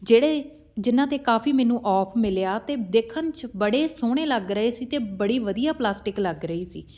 ਜਿਹੜੇ ਜਿਨ੍ਹਾਂ 'ਤੇ ਕਾਫੀ ਮੈਨੂੰ ਔਫ ਮਿਲਿਆ ਅਤੇ ਦੇਖਣ 'ਚ ਬੜੇ ਸੋਹਣੇ ਲੱਗ ਰਹੇ ਸੀ ਅਤੇ ਬੜੀ ਵਧੀਆ ਪਲਾਸਟਿਕ ਲੱਗ ਰਹੀ ਸੀ